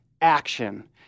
action